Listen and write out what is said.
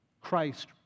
Christ